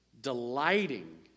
Delighting